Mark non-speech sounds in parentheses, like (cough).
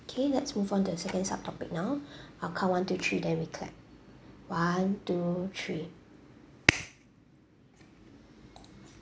K let's move on to the second sub topic now (breath) I'll count one two three then we clap one two three